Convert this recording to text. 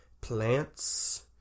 plants